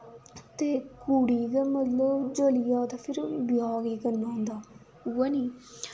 ते कुड़ी गै मतलब जली जा ते फिर ब्याह् केह् करना होंदा उ'ऐ नी